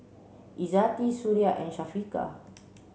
Izzati Suria and Syafiqah